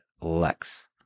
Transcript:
LEX